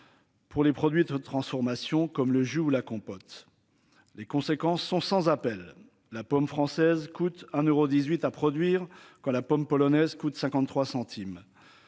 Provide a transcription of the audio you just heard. Pour les produits de transformation, comme le joue la compote. Les conséquences sont sans appel, la pomme française coûte un euros 18 à produire quand la pomme polonaise coup de 53 centimes.